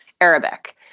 arabic